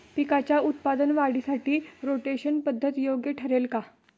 पिकाच्या उत्पादन वाढीसाठी रोटेशन पद्धत योग्य ठरेल का?